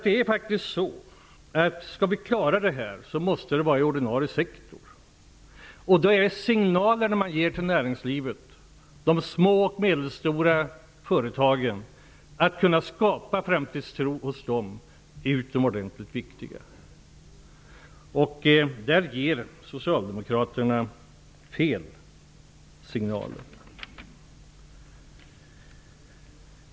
Det är faktiskt så att det här måste ske i ordinarie sektor. Signalerna om framtidstro som man ger till näringslivet, till de små och medelstora företagen, är utomordentligt viktiga. Där ger Socialdemokraterna fel signaler.